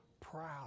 proud